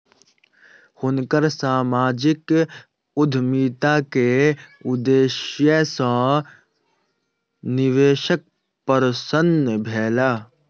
हुनकर सामाजिक उद्यमिता के उदेश्य सॅ निवेशक प्रसन्न भेला